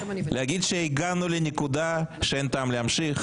להגיד שהגענו לנקודה שאין טעם להמשיך,